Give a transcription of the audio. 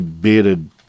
bearded